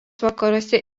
vakaruose